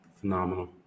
Phenomenal